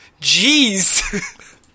jeez